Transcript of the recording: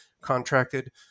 contracted